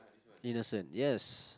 innocent yes